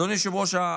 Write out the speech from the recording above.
אדוני היושב-ראש,